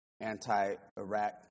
anti-Iraq